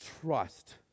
trust